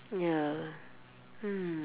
ya mm